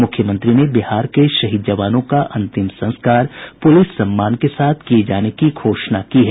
मुख्यमंत्री ने बिहार के शहीद जवानों का अंतिम संस्कार पुलिस सम्मान के साथ किये जाने की घोषणा की है